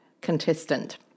contestant